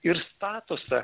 ir statusą